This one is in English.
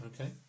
Okay